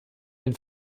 den